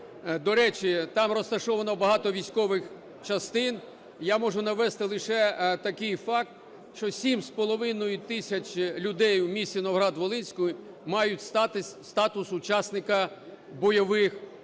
До речі, там розташовано багато військових частин, я можу навести лише такий факт, що 7,5 тисяч людей в місті Новоград-Волинському мають статус учасника бойових дій.